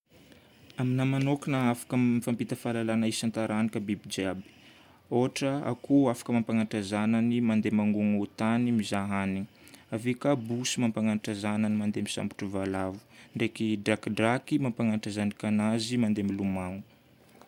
Aminahy manokagna afaka mifampita fahalalana isan-taranaka biby jiaby. Ôhatra akoho afaka mampanatra zanany mandeha mangomotany mizaha hanigna. Ave ka bosy mampanatra zanany mandeha misambotra valavo, ndraiky drakidraky mampanatra zanakanazy mandeha milomano.